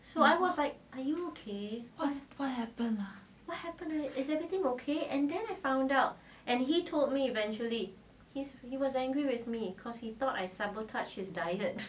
what's what happen